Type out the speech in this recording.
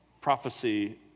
prophecy